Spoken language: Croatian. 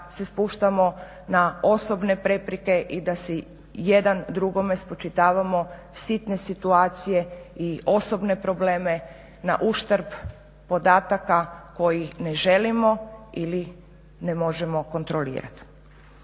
da se spuštamo na osobne prepreke i da si jedan drugome spočitavamo sitne situacije i osobne probleme na uštrb podataka koji ne želimo ili ne možemo kontrolirati.